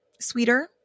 sweeter